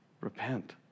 Repent